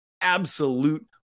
absolute